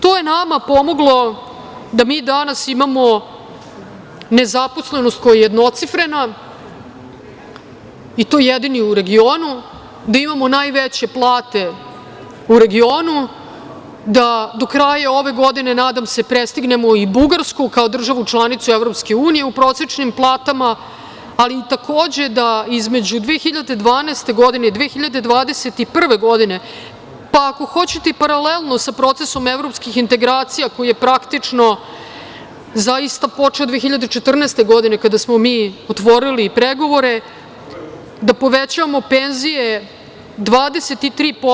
To je nama pomoglo da danas imamo nezaposlenost koja je jednocifrena i to jedini u regionu, da imamo najveće plate u regionu, da do kraja ove godine, nadam se, prestignemo i Bugarsku kao državu članicu EU, u prosečnim platama, ali takođe da između 2012. godine i 2021. godine, pa ako hoćete i paralelno sa procesom evropskim integracija koji je praktično zaista počeo 2014. godine kada smo otvorili pregovore, da povećavamo penzije 23%